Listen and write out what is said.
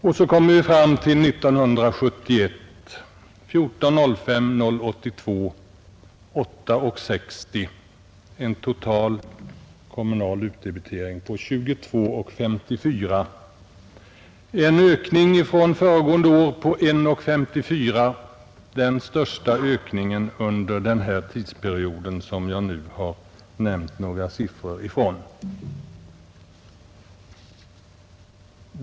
Och så kommer vi fram till 1971 med en utdebitering på kommunen av 14:05, församlingen 0:82, landstinget 8:60 samt total kommunal utdebitering på i medeltal 22:54, dvs. en ökning från föregående år på 1:54 — den största ökningen under den tidsperiod som jag nu har nämnt några siffror ifrån.